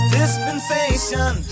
dispensation